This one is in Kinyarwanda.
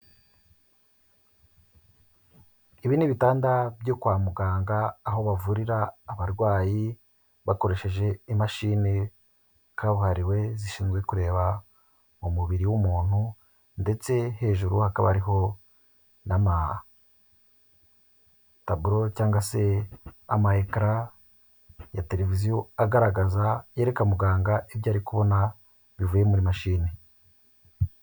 Ibi ni ibitanda byo kwa muganga, aho bavurira abarwayi bakoresheje imashini kabuhariwe zishinzwe kureba mu mubiri w'umuntu ndetse hejuru hakaba hariho n'amataburo cyangwa se ama ekara ya televiziyo agaragaza yereka muganga ibyo ari kubona bivuye muri mashini.